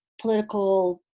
political